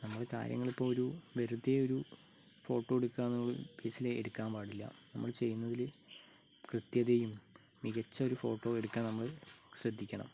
നമ്മൾ കാര്യങ്ങളിപ്പോൾ ഒരു വെറുതെ ഒരു ഫോട്ടോ എടുക്കുകയെന്നുള്ള ഉദ്ദേശത്തിൽ എടുക്കാൻ പാടില്ല നമ്മൾ ചെയ്യുന്നതിൽ കൃത്യതയും മികച്ച ഒരു ഫോട്ടോ എടുക്കാൻ നമ്മൾ ശ്രദ്ധിക്കണം